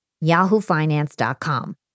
yahoofinance.com